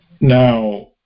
Now